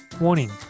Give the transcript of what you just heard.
Warning